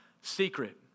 secret